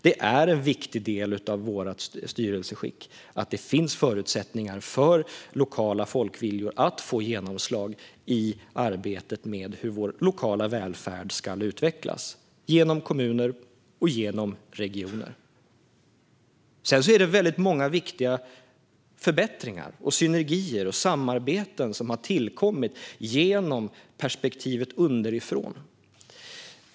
Det är en viktig del av vårt styrelseskick att det finns förutsättningar för den lokala folkviljan att få genomslag i arbetet med hur vår lokala välfärd ska utvecklas genom kommuner och regioner. Många viktiga förbättringar, synergier och samarbeten har tillkommit genom underifrånperspektivet.